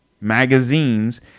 magazines